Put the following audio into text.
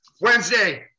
Wednesday